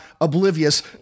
oblivious